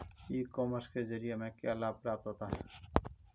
ई commerce के ज़रिए हमें क्या क्या लाभ प्राप्त होता है?